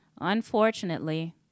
Unfortunately